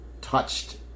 touched